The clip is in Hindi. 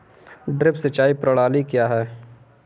ड्रिप सिंचाई प्रणाली क्या है?